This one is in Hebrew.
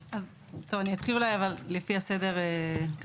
אני אתחיל לפי הסדר ואענה גם על זה.